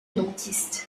dentiste